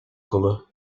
colour